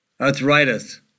arthritis